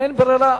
אין ברירה,